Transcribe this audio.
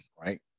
right